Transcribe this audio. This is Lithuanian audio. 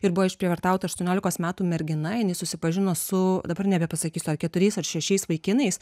ir buvo išprievartauta aštuoniolikos metų mergina jinai susipažino su dabar nebepasakysiu ar keturiais ar šešiais vaikinais